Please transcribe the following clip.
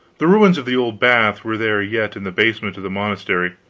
the ruins of the old bath were there yet in the basement of the monastery,